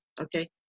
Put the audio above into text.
okay